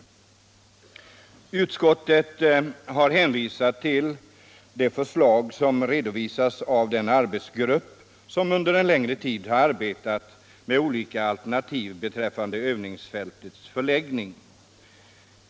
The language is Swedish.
Avbrytande av Utskottet har hänvisat till det förslag som redovisats av den arbetsgrupp projekteringen av vilken under en längre tid har arbetat med olika alternativ beträffande = militärt övningsfält | övningsfältets förläggning.